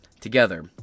together